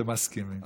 אתם מסכימים.